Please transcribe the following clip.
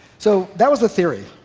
so that was the theory,